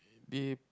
they